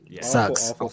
sucks